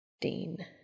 Dean